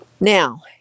Now